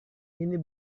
ini